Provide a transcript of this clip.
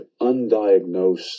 undiagnosed